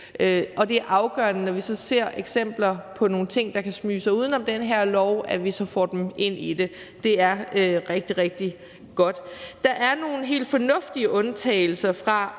Det er afgørende, når vi så ser eksempler på nogle ting, der kan smyge sig uden om den her lov, at vi så får dem ind under den. Det er rigtig, rigtig godt. Der er nogle helt fornuftige undtagelser fra